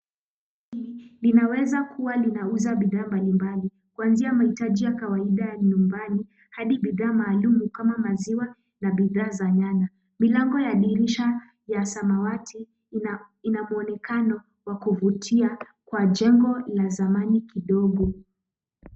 Duka hili linaweza kua linauza bidhaa mbalimbali ,kuanzia maitaji ya kawaida ya nyumbani hadi bidhaa maalumu kama maziwa na bidhaa za nyanya ,milango ya dirisha ya samawati ina mwonekano wa kuvutia kwa jengo la zamani kidogo.